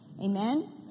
Amen